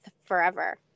forever